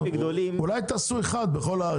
אולי תעשו אחד בכל הארץ.